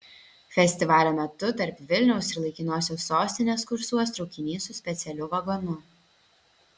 festivalio metu tarp vilniaus ir laikinosios sostinės kursuos traukinys su specialiu vagonu